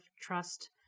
trust